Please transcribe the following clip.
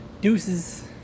Deuces